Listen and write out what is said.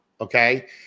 Okay